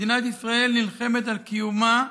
מדינת ישראל נלחמת על קיומה,